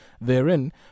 therein